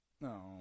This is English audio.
No